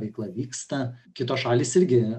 veikla vyksta kitos šalys irgi